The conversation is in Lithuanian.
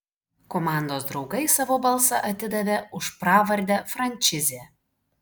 komandos draugai savo balsą atidavė už pravardę frančizė